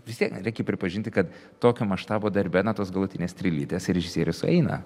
vis tiek na reikia pripažinti kad tokio maštabo darbe na tos galutinės strėlytės į režisierių sueina